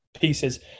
pieces